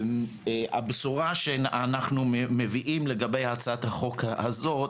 הבשורה שאנחנו מביאים לגבי הצעת החוק הזאת,